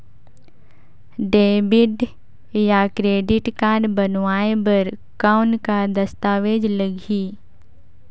Debit या credit card बनवाय बर कौन का दस्तावेज लगही?